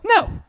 No